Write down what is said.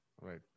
right